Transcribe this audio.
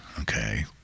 Okay